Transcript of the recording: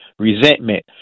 Resentment